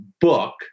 book